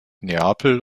neapel